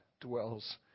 dwells